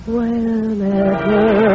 Whenever